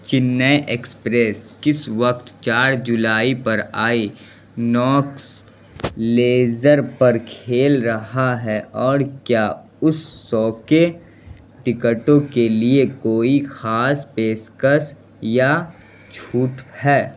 Chennai express کس وقت چار جولائی پر آئی نوکس لیزر پر کھیل رہا ہے اور کیا اس سو کے ٹکٹوں کے لیے کوئی خاص پیشکش یا چھوٹ ہے